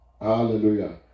Hallelujah